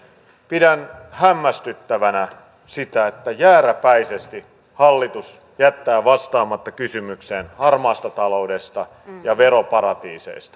pidän hämmästyttävänä sitä että jääräpäisesti hallitus jättää vastaamatta kysymykseen harmaasta taloudesta ja veroparatiiseista